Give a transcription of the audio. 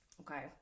Okay